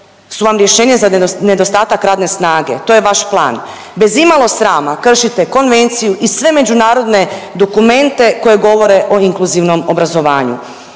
su vam rješenje za nedostatak radne snage, to je vaš plan. Bez imamo srama kršite konvenciju i sve međunarodne dokumente koji govore o inkluzivnom obrazovanju.